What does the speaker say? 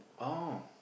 oh